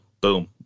boom